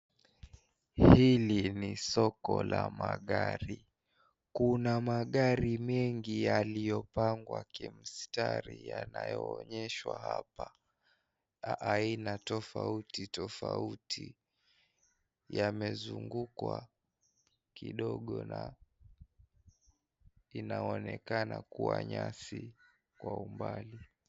Hili ni soko la magari. Kuna magari mengi yaliyopangwa kimstari yanayoonyeshwa hapa aina tofauti tofauti yamezungukwa kidogo na inaonekana kuwa nyasi kwa umbali.